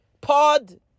pod